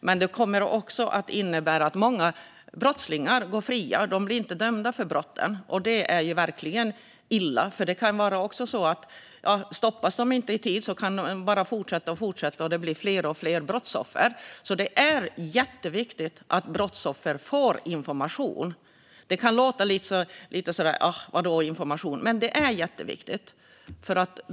Det här innebär också att många brottslingar går fria eftersom de inte blir dömda för brotten, och det är verkligen illa. Om de inte stoppas i tid fortsätter de, och brottsoffren blir fler. Det är jätteviktigt att brottsoffer får information. Det kan låta lite som "vadå information", men det är jätteviktigt.